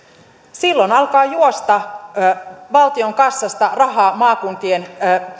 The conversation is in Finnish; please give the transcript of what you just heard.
silloin alkaa juosta valtion kassasta rahaa maakuntien